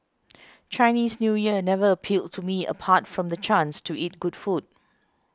Chinese New Year never appealed to me apart from the chance to eat good food